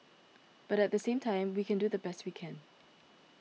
but at the same time we can do the best we can